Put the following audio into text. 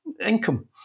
income